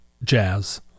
jazz